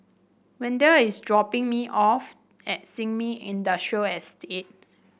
Wendel is dropping me off at Sin Ming Industrial Estate